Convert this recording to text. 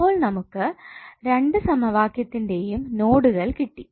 അപ്പോൾ നമുക്ക് 2 സമവാക്യത്തിന്റെയും നോഡുകൾ കിട്ടി